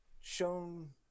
shown